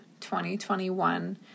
2021